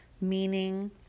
meaning